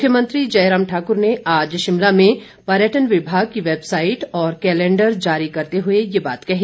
मुख्यमंत्री जयराम ठाकुर ने आज शिमला में पर्यटन विभाग की वैबसाईट और कैलेंडर जारी करते हुए ये बात कही